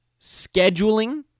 scheduling